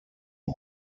who